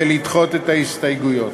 ולדחות את ההסתייגויות.